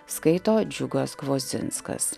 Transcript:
skaito džiugas kvozinskas